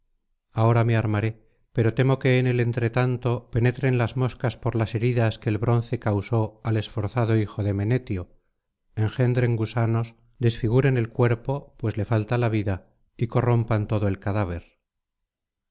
ahora me armaré pero temo que en el entretanto penetren las moscas por las heridas que el bronce causó al esforzado hijo de menetio engendren gusanos desfiguren el cuerpo pues le falta la vida y corrompan todo el cadáver